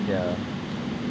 yeah